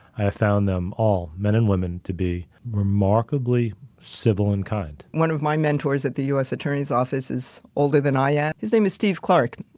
i have found them all men and women to be remarkably civil and kindlam one of my mentors at the us attorney's offices older than i am. his name is steve clark.